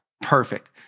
perfect